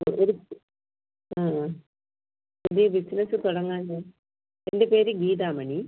ഒരു ആ ആ പുതിയ ബിസിനസ്സ് തുടങ്ങാൻ എൻ്റെ പേര് ഗീതാമണി